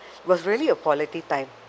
it was really a quality time